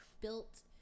built